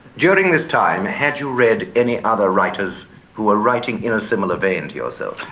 during this time, had you read any other writers who were writing in a similar vein to yourself?